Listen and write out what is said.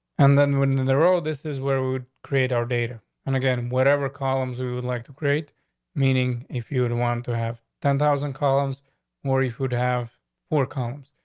and then when and the road, this is where we would create our data and again whatever columns who would like to create meaning, if you would want to have ten thousand columns more, if you'd have four comes,